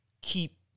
keep